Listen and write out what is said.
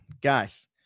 guys